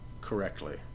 correctly